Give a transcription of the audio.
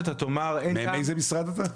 מאיזה משרד אתה?